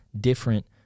different